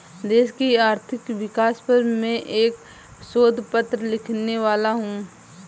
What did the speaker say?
देश की आर्थिक विकास पर मैं एक शोध पत्र लिखने वाला हूँ